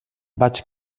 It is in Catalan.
vaig